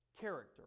Character